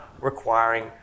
requiring